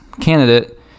candidate